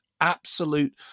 absolute